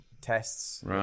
tests